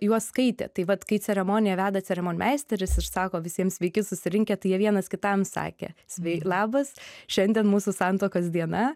juos skaitė tai vat kai ceremoniją veda ceremonmeisteris ir sako visiems sveiki susirinkę tai jie vienas kitam sakė svei labas šiandien mūsų santuokos diena